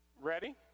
ready